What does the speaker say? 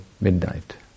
midnight